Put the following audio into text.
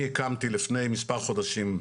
לפני מספר חודשים,